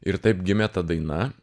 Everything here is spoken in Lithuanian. ir taip gimė ta daina